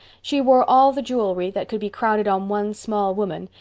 she wore all the jewelry that could be crowded on one small woman,